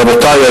רבותי,